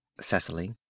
Cecily